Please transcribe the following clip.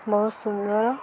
ବହୁତ ସୁନ୍ଦର